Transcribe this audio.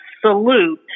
salute